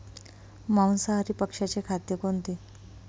मांसाहारी पक्ष्याचे खाद्य कोणते?